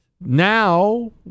now